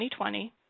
2020